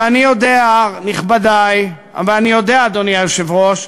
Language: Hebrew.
ואני יודע, נכבדי, ואני יודע, אדוני היושב-ראש,